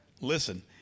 Listen